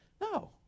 no